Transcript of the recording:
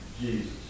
Jesus